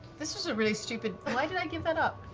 this was a really stupid why did i give that up?